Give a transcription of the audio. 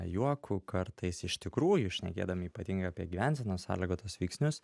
juoku kartais iš tikrųjų šnekėdami ypatingai apie gyvensenos sąlygotus veiksnius